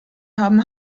haben